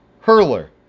hurler